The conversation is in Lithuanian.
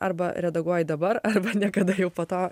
arba redaguoji dabar arba niekada jau po to